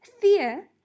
fear